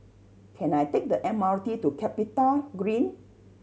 can I take the M R T to CapitaGreen